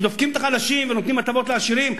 שדופקים את החלשים ונותנים הטבות לעשירים?